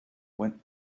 when